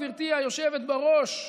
גברתי היושבת בראש,